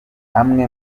amwe